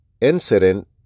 incident